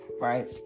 right